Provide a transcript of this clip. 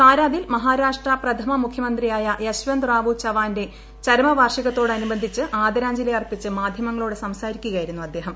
കാരാദിൽ മഹാരാഷ്ട്ര പ്രഥമ മുഖ്യമന്ത്രിയായ യശ്വന്ത് റാവു ചവാന്റെ ചരമവാർഷികത്തോടനുബന്ധിച്ച് ആദരാഞ്ജലി അർപ്പിച്ച് മാധ്യമങ്ങളോട് സംസാരിക്കുകയായിരുന്നു അദ്ദേഹം